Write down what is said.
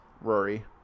Rory